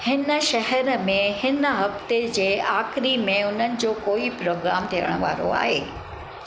हिन शहिर में हिन हफ़्ते जे आख़री में उन्हनि जो कोई प्रोग्राम थियणु वारो आहे